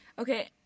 Okay